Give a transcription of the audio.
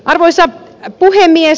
arvoisa puhemies